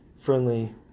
friendly